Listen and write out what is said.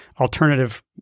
alternative